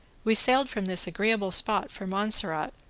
we sailed from this agreeable spot for montserrat,